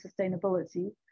sustainability